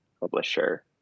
publisher